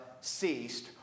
ceased